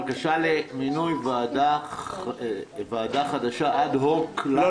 בקשה למינוי ועדה חדשה אד-הוק --- דיון בהצעה דחופה.